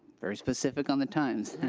very specific on the times.